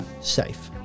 Safe